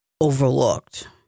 overlooked